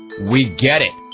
we get it,